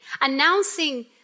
announcing